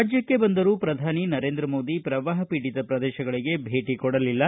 ರಾಜ್ಟಕ್ಕೆ ಬಂದರೂ ಶ್ರಧಾನಿ ನರೇಂದ್ರ ಮೋದಿ ಶ್ರವಾಹಪೀಡಿತ ಪ್ರದೇಶಗಳಿಗೆ ಭೇಟ ಕೊಡಲಿಲ್ಲ